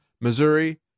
Missouri